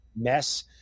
mess